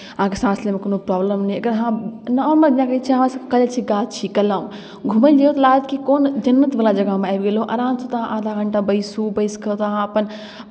अहाँके साँस लैमे कोनो प्रॉब्लम नहि अगर अहाँ गाममे जेना हमरासभके कहल जाइ छै गाछी कलम घूमै लेल जाउ तऽ लागत कि कोन जन्नतवला जगहमे आबि गेलहुँ आरामसँ ओतय आधा घण्टा बैसू बैसि कऽ अहाँ अपन